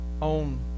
on